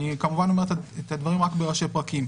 אני כמובן אומר את הדברים רק בראשי פרקים: